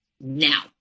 now